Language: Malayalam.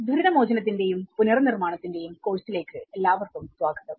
ദുരിതമോചനത്തിന്റെയും പുനർനിർമ്മാണത്തിന്റെയും കോഴ്സിലേക്ക് എല്ലാവർക്കും സ്വാഗതം